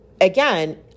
Again